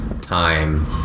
time